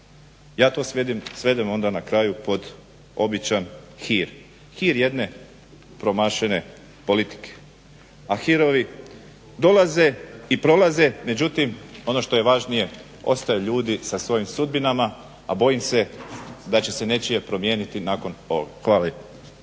Ja to svedem onda na kraju pod običan hir, hir jedne promašene politike. A hirovi dolaze i prolaze. Međutim, ono što je važnije ostaju ljudi sa svojim sudbinama, a bojim se da će se nečije promijeniti nakon ovog. Hvala